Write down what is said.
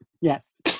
Yes